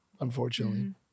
unfortunately